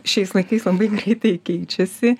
šiais laikais labai greitai keičiasi